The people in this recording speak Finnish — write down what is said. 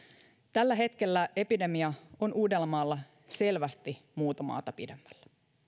tällä hetkellä epidemia on uudellamaalla selvästi muuta maata pidemmällä